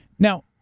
now,